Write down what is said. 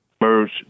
merge